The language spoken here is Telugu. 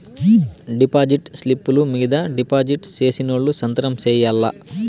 డిపాజిట్ స్లిప్పులు మీద డిపాజిట్ సేసినోళ్లు సంతకం సేయాల్ల